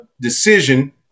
decision